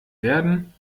werden